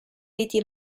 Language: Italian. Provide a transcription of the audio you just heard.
riti